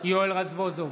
יואל רזבוזוב,